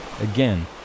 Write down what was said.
again